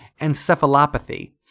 encephalopathy